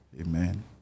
Amen